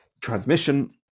transmission